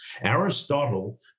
Aristotle